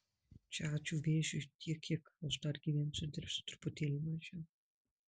čia ačiū vėžiui tiek kiek aš dar gyvensiu dirbsiu truputėlį mažiau